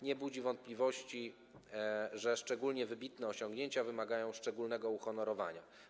Nie budzi wątpliwości to, że wybitne osiągnięcia wymagają szczególnego uhonorowania.